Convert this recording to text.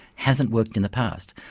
hasn't worked in the past.